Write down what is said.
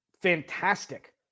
fantastic